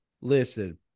listen